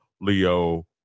Leo